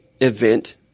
event